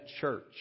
church